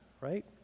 right